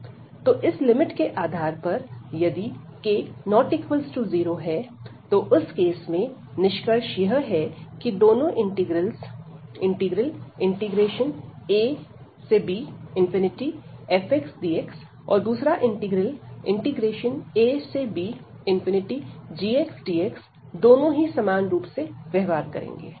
तो इस लिमिट के आधार पर यदि k≠0 तो उस केस में निष्कर्ष यह है की दोनों इंटीग्रल्स इंटीग्रल abfxdx और दूसरा इंटीग्रल abgxdx दोनों ही समान रूप से व्यवहार करेंगे